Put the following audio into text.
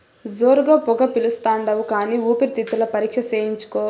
జోరుగా పొగ పిలిస్తాండావు కానీ ఊపిరితిత్తుల పరీక్ష చేయించుకో